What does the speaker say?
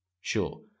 Sure